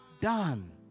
done